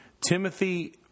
Timothy